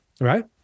Right